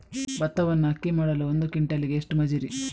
ಭತ್ತವನ್ನು ಅಕ್ಕಿ ಮಾಡಲು ಒಂದು ಕ್ವಿಂಟಾಲಿಗೆ ಎಷ್ಟು ಮಜೂರಿ?